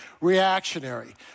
reactionary